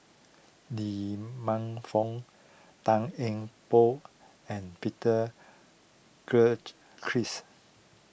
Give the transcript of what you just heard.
Lee Man Fong Tan Eng Bock and Peter Gilchrist